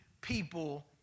people